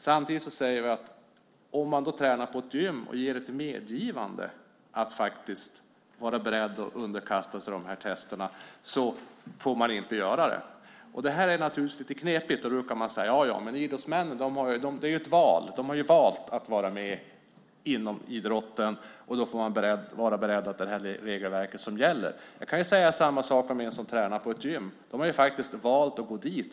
Samtidigt säger vi att man inte får göra det även om den som tränar på ett gym ger ett medgivande att faktiskt vara beredd att underkasta sig de här testerna. Det här är naturligtvis lite knepigt. Då brukar man säga att idrottsmännen ju har valt att vara med inom idrotten och att de då får vara beredda på att det är det här regelverket som gäller. Jag kan säga samma sak om dem som tränar på ett gym. De har faktiskt valt att gå dit.